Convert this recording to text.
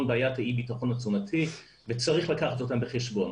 בעיית אי הבטחון התזונתי וצריך לקחת אותם בחשבון.